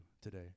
today